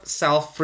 self